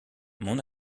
mon